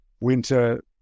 winter